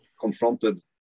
confronted